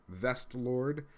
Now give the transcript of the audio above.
Vestlord